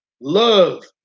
love